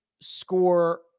score